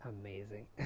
amazing